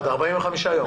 עד 45 יום.